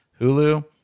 Hulu